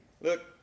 Look